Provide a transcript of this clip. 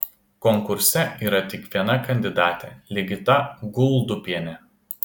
konkurse yra tik viena kandidatė ligita guldupienė